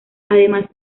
además